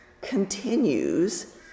continues